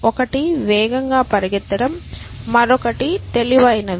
ఒకటి వేగంగా పరిగెత్తడం మరొకటి తెలివైనవి